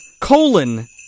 colon